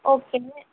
okay